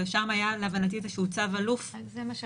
ושם היה להבנתי איזשהו צו אלוף -- טוב.